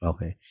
Okay